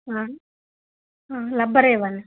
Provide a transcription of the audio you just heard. రబ్బరే ఇవ్వండి